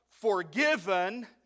Forgiven